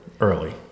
early